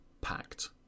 packed